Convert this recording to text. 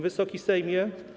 Wysoki Sejmie!